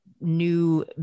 new